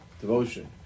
devotion